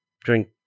drink